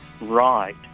Right